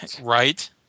Right